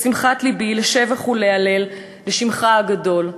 לשמחת לבי, לשבח ולהלל לשמך הגדול".